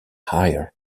higher